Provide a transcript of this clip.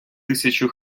тисячу